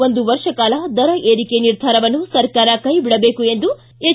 ಒಂದು ವರ್ಷ ಕಾಲ ದರ ಏರಿಕೆ ನಿರ್ಧಾರವನ್ನು ಸರ್ಕಾರ ಕೈಬಿಡಬೇಕು ಎಂದು ಎಚ್